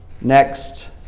Next